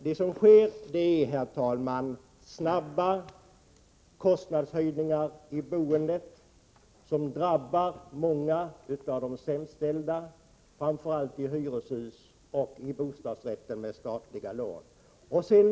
Det som sker, herr talman, är snabba kostnadshöjningar i boendet, som drabbar många av de sämst ställda, framför allt i hyreshus och bostadsrätter med statliga lån.